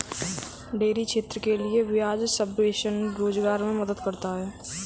dairy क्षेत्र के लिये ब्याज सबवेंशन रोजगार मे मदद करता है